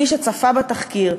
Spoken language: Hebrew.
מי שצפה בתחקיר,